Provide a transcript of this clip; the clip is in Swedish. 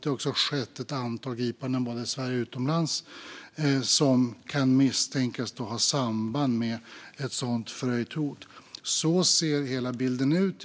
Det har också skett ett antal gripanden, både i Sverige och utomlands, som kan misstänkas ha samband med ett sådant förhöjt hot. Så ser hela bilden ut.